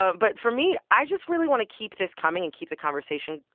ah but for me, i just really want to keep this coming and keep the conversation,